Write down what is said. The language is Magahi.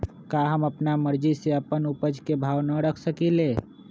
का हम अपना मर्जी से अपना उपज के भाव न रख सकींले?